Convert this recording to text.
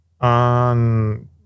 on